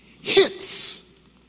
hits